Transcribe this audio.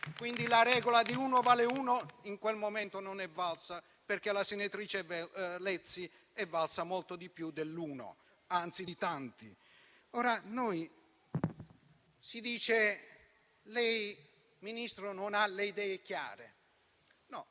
Quindi, la regola di uno vale uno in quel momento non è valsa, perché la senatrice Lezzi è valsa molto di più dell'uno, anzi di tanti. Si dice che lei, Ministro, non ha le idee chiare.